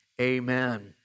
amen